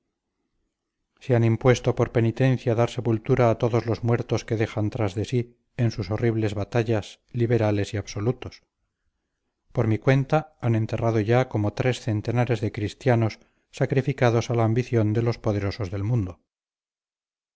se han impuesto por penitencia dar sepultura a todos los muertos que dejan tras de sí en sus horribles batallas liberales y absolutos por mi cuenta han enterrado ya como tres centenares de cristianos sacrificados a la ambición de los poderosos del mundo